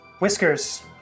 Whiskers